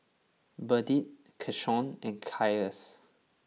Burdette Keshaun and Cassius